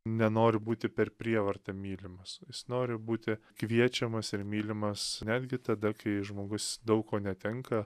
nenori būti per prievartą mylimas jis nori būti kviečiamas ir mylimas netgi tada kai žmogus daug ko netenka